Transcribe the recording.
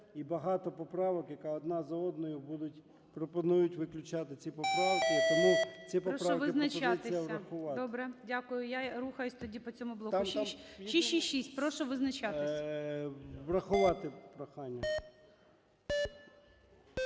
І багато поправок, яка одна за одною пропонують виключати ці поправки. Тому ці поправки пропонується врахувати. ГОЛОВУЮЧИЙ. Прошу визначатися. Добре. Дякую. Я рухаюсь тоді по цьому блоку. 666. Прошу визначатися. ЧЕРНЕНКО О.М. Врахувати прохання.